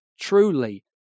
Truly